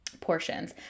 portions